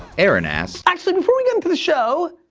aaron asks actually, before we get into the show.